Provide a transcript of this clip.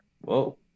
Whoa